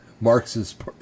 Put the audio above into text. Marxist